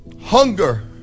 Hunger